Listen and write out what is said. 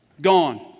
gone